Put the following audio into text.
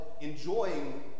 enjoying